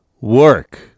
work